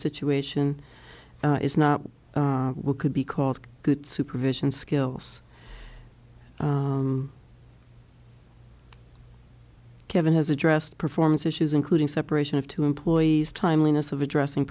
situation is not what could be called good supervision skills kevin has addressed performance issues including separation of two employees timeliness of addressing